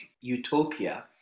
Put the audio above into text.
utopia